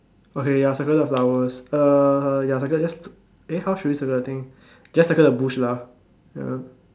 okay ya circle the flowers uh ya circle just eh how should we circle the thing just circle the bush lah